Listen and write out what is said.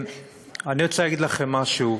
אני רוצה להגיד לכם משהו: